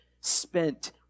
spent